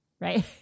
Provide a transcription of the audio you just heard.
right